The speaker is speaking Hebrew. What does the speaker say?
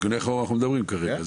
כן, על זה אנחנו מדברים כרגע,